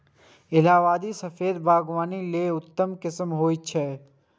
इलाहाबादी सफेदा बागवानी लेल उत्तम किस्म होइ छै